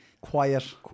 quiet